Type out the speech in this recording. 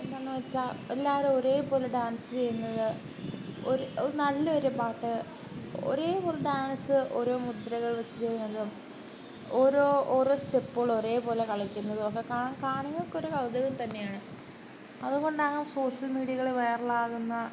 എന്താണെന്നു വെച്ചാൽ എല്ലാവരും ഒരേപോലെ ഡാൻസ് ചെയ്യുന്നത് ഒര് ഒരു നല്ലൊരു പാട്ട് ഒരേപോലെ ഡാൻസ് ഓരോ മുദ്രകൾ വെച്ച് ചെയ്യുന്നതും ഓരോ ഓരോ സ്റ്റെപ്പുകൾ ഒരേപോലെ കളിക്കുന്നതും ഒക്കെ കാണാൻ കാണികൾക്കൊരു കൗതുകം തന്നെയാണ് അതുകൊണ്ടാണ് സോഷ്യൽ മീഡിയകൾ വൈറലാകുന്നത്